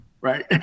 right